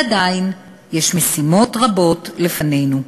ועדיין, יש משימות רבות לפנינו.